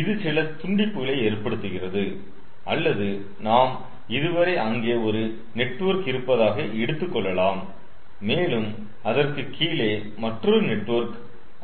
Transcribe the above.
இது சில துண்டிப்புகளை ஏற்படுத்துகிறது அல்லது நாம் இதுவரை அங்கே ஒரு நெட்வொர்க் இருப்பதாக எடுத்துக்கொள்ளலாம் மேலும் அதற்கு கீழே மற்றொரு நெட்வொர்க்